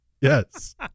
Yes